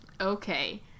okay